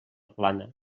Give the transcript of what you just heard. plana